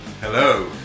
Hello